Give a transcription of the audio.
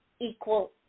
equal